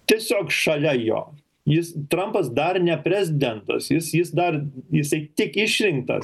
tiesiog šalia jo jis trampas dar ne prezidentas jis jis dar jisai tik išrinktas